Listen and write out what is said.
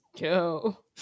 Go